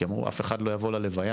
כי אמרו שאף אחד לא יבוא ללוויה,